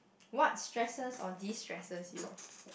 what stresses or de stresses you